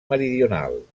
meridional